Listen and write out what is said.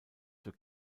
zur